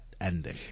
ending